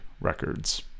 Records